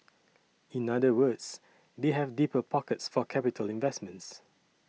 in other words they have deeper pockets for capital investments